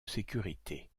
sécurité